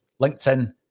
LinkedIn